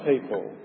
people